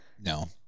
No